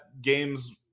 games